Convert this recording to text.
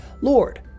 Lord